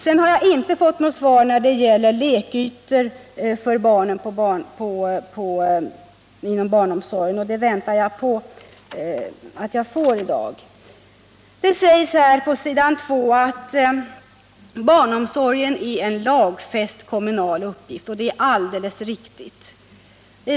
Jag har inte fått svar när det gäller lekytor inom barnomsorgen, och det väntar jag att få i dag. Det sägs i svaret att barnomsorgen är en lagfäst kommunal uppgift, och det är alldeles riktigt.